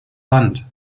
wand